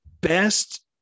best